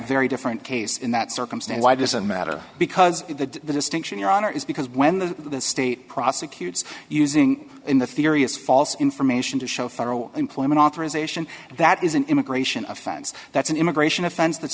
very different case in that circumstance why does it matter because the distinction your honor is because when the state prosecutes using in the theory is false information to show federal employment authorization and that is an immigration offense that's an immigration offens